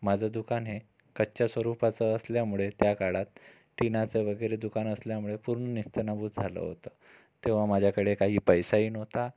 माझं दुकान हे कच्च्या स्वरूपाचं असल्यामुळे त्या काळात टिनाचं वगैरे दुकान असल्यामुळे पूर्ण नेस्तनाबूत झालं होतं तेव्हा माझ्याकडं काही पैसाही नव्हता